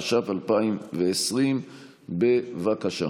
התש"ף 2020. בבקשה.